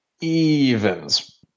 Evens